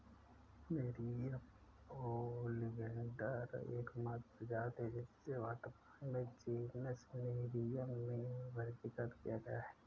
nerium oleander एकमात्र प्रजाति है जिसे वर्तमान में जीनस नेरियम में वर्गीकृत किया गया है